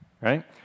right